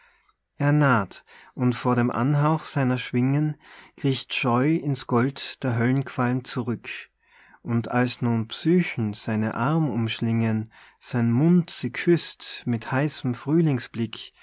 er naht und vor dem anhauch seiner schwingen kriecht scheu in's gold der höllenqualm zurück und als nun psychen seine arm umschlingen sein mund sie küßt mit heißem frühlingsblick